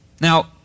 Now